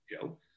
Joe